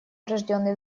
рожденный